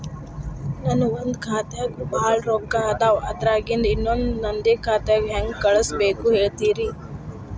ನನ್ ಒಂದ್ ಖಾತ್ಯಾಗ್ ಭಾಳ್ ರೊಕ್ಕ ಅದಾವ, ಅದ್ರಾಗಿಂದ ಇನ್ನೊಂದ್ ನಂದೇ ಖಾತೆಗೆ ಹೆಂಗ್ ಕಳ್ಸ್ ಬೇಕು ಹೇಳ್ತೇರಿ?